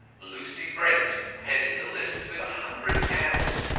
lucy brent headed the list with a hundred pounds.